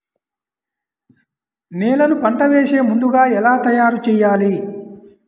నేలను పంట వేసే ముందుగా ఎలా తయారుచేయాలి?